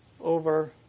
over